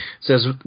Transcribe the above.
Says